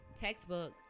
textbook